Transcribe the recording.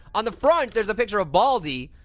on the front, there's a picture of baldy.